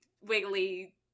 wiggly